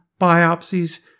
biopsies